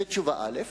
זו תשובה א'.